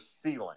ceiling